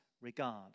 regard